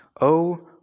O